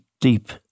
deep